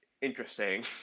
Interesting